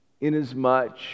inasmuch